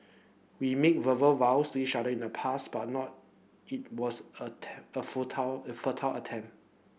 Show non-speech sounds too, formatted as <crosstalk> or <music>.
we made verbal vows to each other in the past but not it was a <unintelligible> a futile a futile attempt